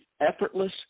effortless